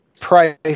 price